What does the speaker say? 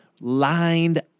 lined